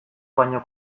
baino